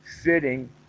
sitting